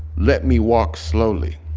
let me walk slowly.